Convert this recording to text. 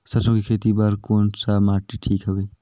सरसो के खेती बार कोन सा माटी ठीक हवे?